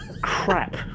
crap